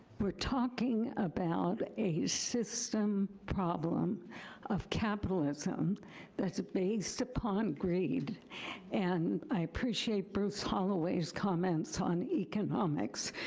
we're talking about a system problem of capitalism that's based upon greed and i appreciate bruce holloway's comments on economics,